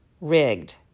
rigged